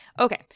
Okay